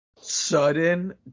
Sudden